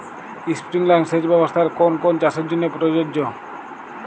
Sprinkler সেচ ব্যবস্থার কোন কোন চাষের জন্য প্রযোজ্য?